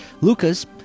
Lucas